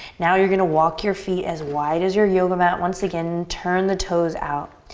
now you're gonna walk your feet as wide as your yoga mat. once again, turn the toes out.